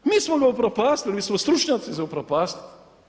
Mi smo ga upropastili, mi smo stručnjaci za upropastiti.